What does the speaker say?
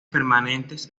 permanentes